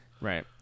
Right